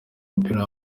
w’umupira